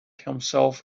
himself